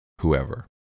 whoever